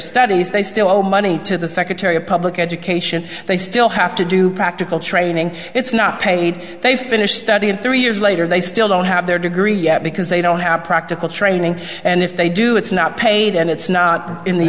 studies they still owe money to the secretary of public education they still have to do practical training it's not paid they finished in three years later they still don't have their degree yet because they don't have practical training and if they do it's not paid and it's not in the